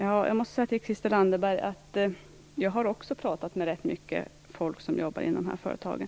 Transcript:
Herr talman! Jag har också, Christel Anderberg, pratat med rätt mycket folk som jobbar inom personaluthyrningsföretag.